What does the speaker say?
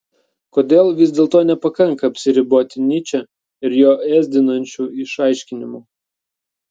kodėl vis dėlto nepakanka apsiriboti nyče ir jo ėsdinančiu išaiškinimu